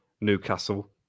Newcastle